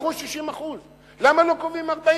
לקחו 60%. למה לא קובעים 40%,